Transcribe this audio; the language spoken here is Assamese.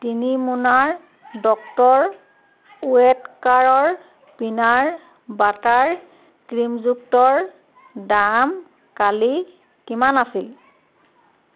তিনি মোনাৰ ডক্টৰ ওৱেট্কাৰৰ পিনাট বাটাৰ ক্ৰীমযুক্তৰ দাম কালি কিমান আছিল